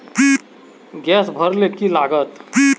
Gas भरले की लागत?